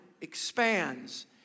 expands